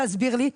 תסביר לי.